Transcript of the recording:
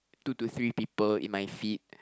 two to three people in my feed